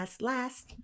last